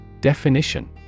Definition